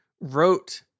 wrote